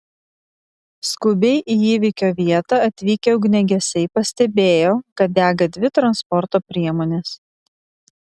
skubiai į įvykio vietą atvykę ugniagesiai pastebėjo kad dega dvi transporto priemonės